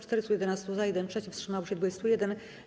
411 - za, 1 - przeciw, wstrzymało się 21.